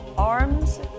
Arms